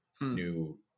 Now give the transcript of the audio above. new